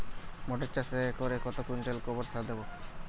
মটর চাষে একরে কত কুইন্টাল গোবরসার দেবো?